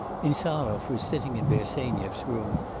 insarov was sitting in bersenyev's room,